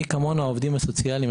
מי כמונו העובדים הסוציאליים,